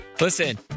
Listen